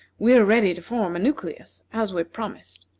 we are ready to form a nucleus, as we promised.